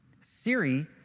Siri